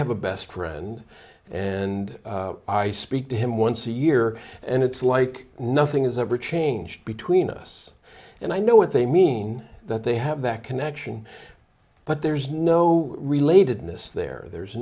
have a best friend and i speak to him once a year and it's like nothing is ever changed between us and i know what they mean that they have that connection but there's no relatedness there there's